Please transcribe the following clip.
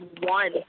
One